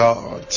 God